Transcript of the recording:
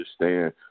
understand